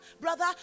brother